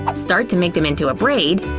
and start to make them into a braid.